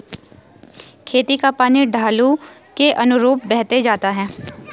खेत का पानी ढालू के अनुरूप बहते जाता है